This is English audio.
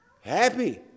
happy